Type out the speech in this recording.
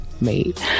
made